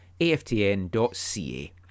AFTN.ca